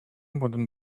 wooden